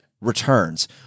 returns